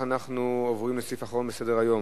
אנחנו עוברים לסעיף האחרון בסדר-היום: